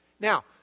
Now